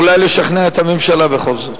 אולי לשכנע את הממשלה בכל זאת.